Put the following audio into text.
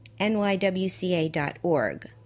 nywca.org